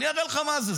אני אראה לך מה זה.